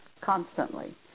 constantly